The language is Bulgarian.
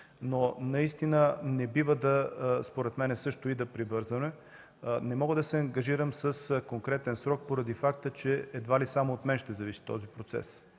Наистина не бива, според мен също, и да прибързваме. Не мога да се ангажирам с конкретен срок поради факта, че едва ли само от мен ще зависи този процес.